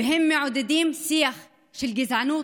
והם מעודדים שיח של גזענות,